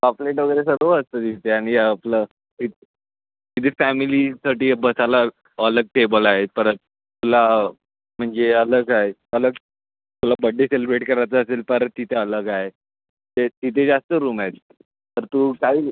पापलेट वगैरे सर्व असतं तिथे आणि आपलं विथ तिथे फॅमिलीसाठी बसायला अलग टेबल आहे परत ला म्हणजे अलग आहे अलग तुला बथडे सेलिब्रेट करायचा असेल तर तिथे अलग आहे ते तिथे जास्त रूम आहेत तर तू काही